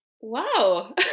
Wow